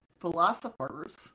philosophers